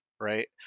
right